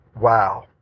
Wow